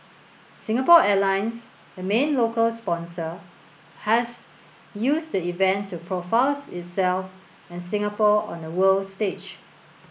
Singapore Airlines the main local sponsor has used the event to profiles itself and Singapore on the world stage